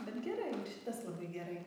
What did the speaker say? bet gerai ir šitas labai gerai